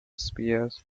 spears